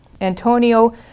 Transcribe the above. Antonio